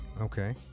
Okay